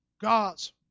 God's